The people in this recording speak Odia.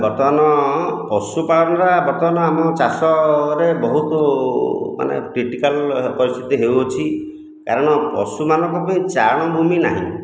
ବର୍ତ୍ତମାନ ପଶୁପାଳନଟା ବର୍ତ୍ତମାନ ଆମ ଚାଷ ଘରେ ବହୁତ ମାନେ କ୍ରିଟିକାଲ୍ ପରିସ୍ଥିତି ହେଉଅଛି କାରଣ ପଶୁମାନଙ୍କ ପାଇଁ ଚାରଣଭୂମି ନାହିଁ